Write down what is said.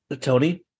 Tony